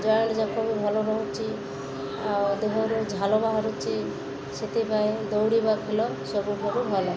joint ଯାକ ବି ଭଲ ରହୁଛିି ଆଉ ଦେହରୁ ଝାଳ ବାହାରୁଛିି ସେଥିପାଇଁ ଦୌଡ଼ିବା ଖେଳ ସବୁଠାରୁ ଭଲ